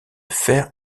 fère